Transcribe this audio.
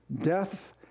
Death